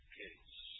case